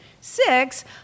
six